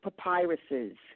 papyruses